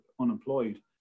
unemployed